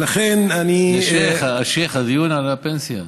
ולכן אני, השייח', הדיון הוא על הפנסיה.